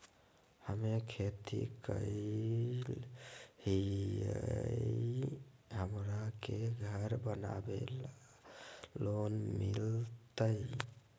हमे खेती करई हियई, हमरा के घर बनावे ल लोन मिलतई?